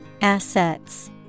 Assets